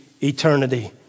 eternity